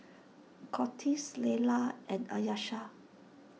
Cortez Laylah and Ayesha